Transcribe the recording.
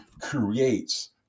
creates